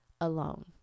alone